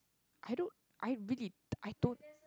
I don't I really I don't